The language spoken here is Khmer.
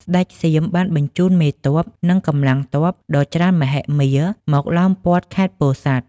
ស្ដេចសៀមបានបញ្ជូនមេទ័ព និងកម្លាំងទ័ពដ៏ច្រើនមហិមាមកឡោមព័ទ្ធខេត្តពោធិ៍សាត់។